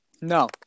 No